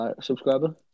subscriber